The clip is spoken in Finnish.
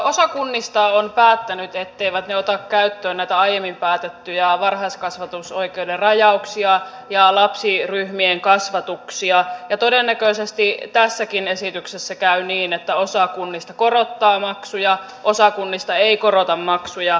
osa kunnista on päättänyt etteivät ne ota käyttöön näitä aiemmin päätettyjä varhaiskasvatusoikeuden rajauksia ja lapsiryhmien kasvatuksia ja todennäköisesti tässäkin esityksessä käy niin että osa kunnista korottaa maksuja osa kunnista ei korota maksuja